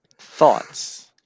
Thoughts